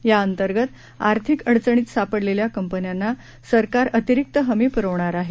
या अंतर्गत आर्थिक अडचणीत सापडलेल्या कंपन्यांना सरकार अतिरिक्त हमी पुरवणार आहे